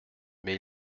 mais